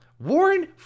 Warren